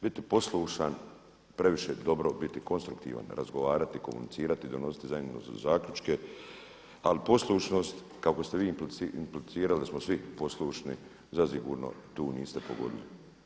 Biti poslušan previše dobro biti konstruktivan, razgovarati, komunicirat, i donositi zajedno zaključke ali poslušnost kako ste vi, implicirali smo svi poslušni zasigurno tu niste pogodili.